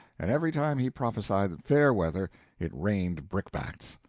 and every time he prophesied fair weather it rained brickbats.